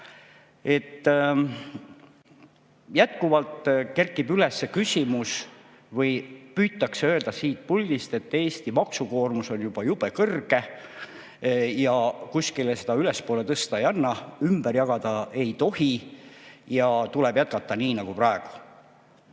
Jätkuvalt kerkib üles küsimus või püütakse siit puldist öelda, et Eesti maksukoormus on juba jube kõrge ja kuskile seda ülespoole tõsta ei anna, ümber jagada ei tohi ja tuleb jätkata nii nagu praegu.